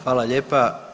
Hvala lijepa.